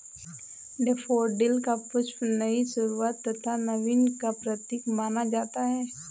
daffodil का पुष्प नई शुरुआत तथा नवीन का प्रतीक माना जाता है